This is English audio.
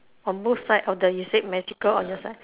on both side of the you said magical on your side